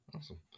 Awesome